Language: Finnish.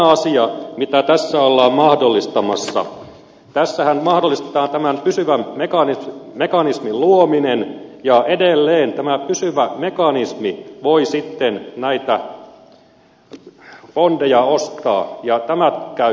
ja tässä asiassa mitä tässä ollaan mahdollistamassa tässähän mahdollistetaan tämän pysyvän mekanismin luominen ja edelleen tämä pysyvä mekanismi voi sitten näitä bondeja ostaa ja tämä käy hyvin kalliiksi